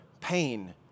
pain